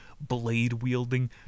blade-wielding